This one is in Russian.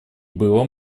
было